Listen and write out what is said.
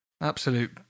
absolute